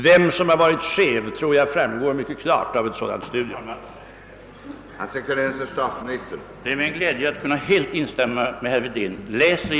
Jag tror det kommer att framgå mycket klart vid ett sådant studium vem som gjort en skev framställning.